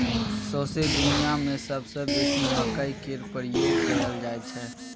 सौंसे दुनियाँ मे सबसँ बेसी मकइ केर प्रयोग कयल जाइ छै